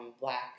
black